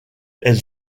elle